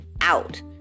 out